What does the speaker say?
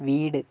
വീട്